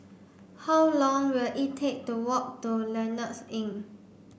how long will it take to walk to Lloyds Inn